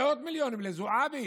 מאות מיליונים לזועבי,